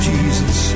Jesus